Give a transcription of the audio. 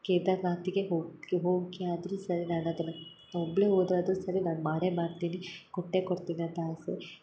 ಕೇದರ್ನಾಥ್ಗೆ ಹೋಗಿ ಹೋಗಿಯಾದರು ಸರಿ ನಾನು ಅದನ್ನ ಒಬ್ಬಳೆ ಹೋದ ಆದರು ಸರಿ ನಾನು ಮಾಡೇ ಮಾಡ್ತೀನಿ ಕೊಟ್ಟೇ ಕೊಡ್ತೀನಿ ಅಂತ ಆಸೆ